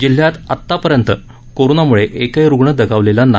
जिल्ह्यात आतापर्यंत कोरोनाम्ळे एकही रुग्ण दगावलेला नाही